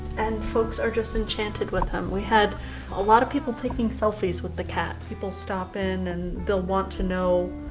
and folks are just enchanted with him, we had a lot of people taking selfies with the cat. people stop in and they'll want to know,